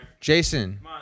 Jason